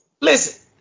Listen